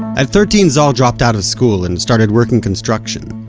at thirteen, zohar dropped out of school and started working construction.